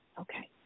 Okay